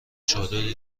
چادر